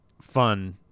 fun